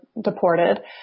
deported